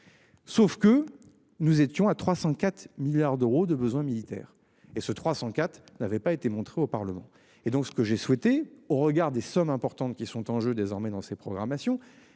Sauf que nous étions à 304 milliards d'euros de besoins militaires et ce trois, quatre n'avait pas été montré au Parlement et donc ce que j'ai souhaité au regard des sommes importantes qui sont en jeu désormais dans ses programmations